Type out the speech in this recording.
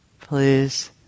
Please